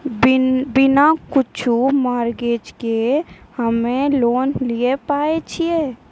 बिना कुछो मॉर्गेज के हम्मय लोन लिये पारे छियै?